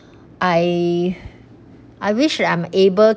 I I wish that I'm able